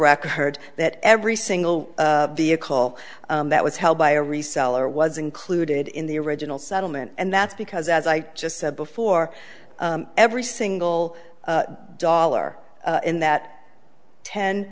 record that every single vehicle that was held by a reseller was included in the original settlement and that's because as i just said before every single dollar in that ten